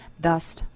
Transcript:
Thus